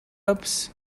ups